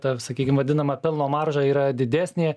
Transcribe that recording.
ta sakykim vadinama pelno marža yra didesnė